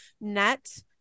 net